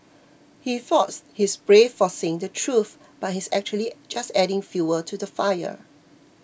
he thought he's brave for saying the truth but he's actually just adding fuel to the fire